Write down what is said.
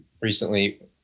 Recently